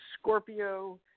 Scorpio